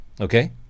okay